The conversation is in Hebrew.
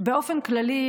באופן כללי,